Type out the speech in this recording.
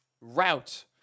route